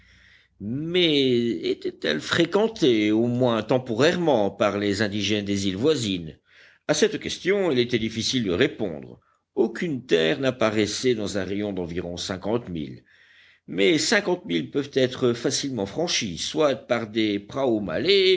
mais était-elle fréquentée au moins temporairement par les indigènes des îles voisines à cette question il était difficile de répondre aucune terre n'apparaissait dans un rayon d'environ cinquante milles mais cinquante milles peuvent être facilement franchis soit par des